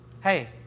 Hey